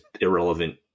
irrelevant